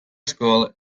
school